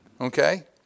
Okay